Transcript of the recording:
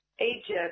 Egypt